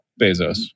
Bezos